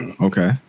okay